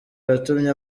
yatumye